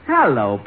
Hello